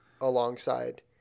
alongside